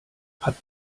hat